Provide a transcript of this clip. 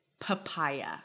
papaya